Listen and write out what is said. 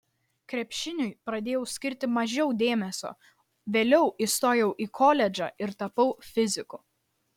krepšiniui pradėjau skirti mažiau dėmesio vėliau įstojau į koledžą ir tapau fiziku